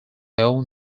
own